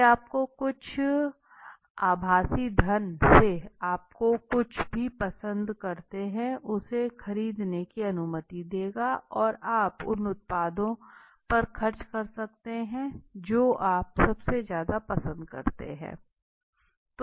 वे आपको कुछ आभासी धन से आपको जो कुछ भी पसंद करते हैं उसे खरीदने की अनुमति देगा और आप उन उत्पादों पर खर्च कर सकते है जो आप सबसे ज्यादा पसंद करते हैं